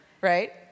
right